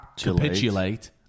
capitulate